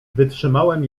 wytrzymałem